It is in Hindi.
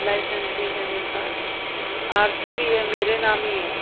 लाइसेंस भी है मेरे पास आरसी भी है मेरे नाम ही है